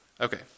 Okay